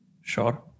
Sure